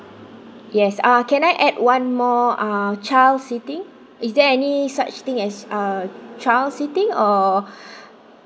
yes ah can I add one more uh child's sitting is there any such thing as a child's sitting or